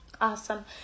Awesome